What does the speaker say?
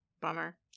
Bummer